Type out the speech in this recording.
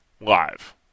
live